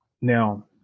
Now